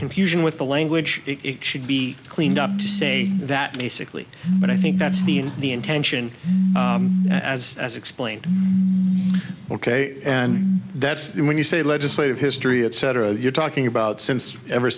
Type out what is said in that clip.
confusion with the language it should be cleaned up to say that basically but i think that's the in the intention as as explained ok and that's when you say legislative history etc you're talking about since ever